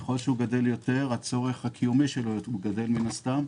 ככל שהוא גדל יותר הצורך הקיומי שלו גדל, מן הסתם.